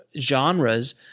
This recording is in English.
genres